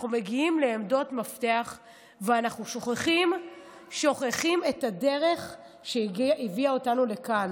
אנחנו מגיעים לעמדות מפתח ואנחנו שוכחים את הדרך שהביאה אותנו לכאן.